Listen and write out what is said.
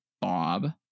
Bob